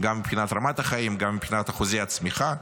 גם מבחינת רמת החיים, גם מבחינת אחוזי הצמיחה,